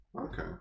Okay